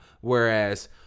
Whereas